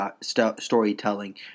storytelling